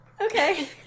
okay